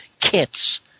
kits